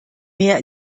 mehr